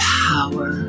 power